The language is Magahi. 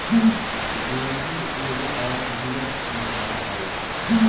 गोलकी एगो औषधीय मसाला हई